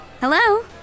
Hello